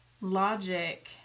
logic